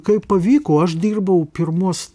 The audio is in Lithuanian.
kaip pavyko aš dirbau pirmus